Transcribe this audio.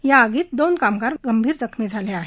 या आगीत दोन कामगार गंभीर जखमी झाले आहेत